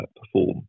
perform